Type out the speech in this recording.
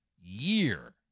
year